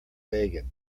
vegan